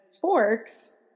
forks